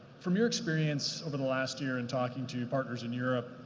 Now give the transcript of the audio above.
from your experience over the last year and talking to your partners in europe,